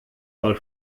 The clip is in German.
weil